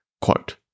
Quote